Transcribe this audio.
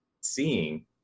seeing